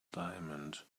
diamond